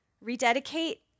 Rededicate